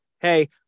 hey